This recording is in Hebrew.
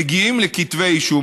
מגיעות לכתבי אישום.